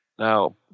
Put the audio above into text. Now